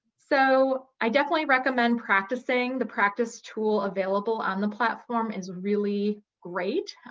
so i definitely recommend practicing the practice tool available on the platform is really great.